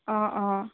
অ অ